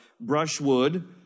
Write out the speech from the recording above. brushwood